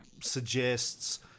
suggests